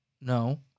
no